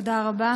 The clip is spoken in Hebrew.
תודה לכם.